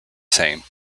same